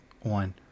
one